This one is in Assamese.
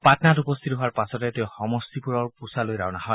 পাটনাত উপস্থিত হোৱাৰ পাছতেই তেওঁ সমষ্টিপুৰৰ পুছালৈ ৰাওণা হয়